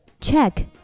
Check